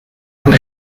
van